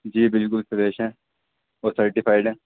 جی بالکل فریش ہیں اور سرٹیفائڈ ہیں